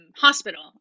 hospital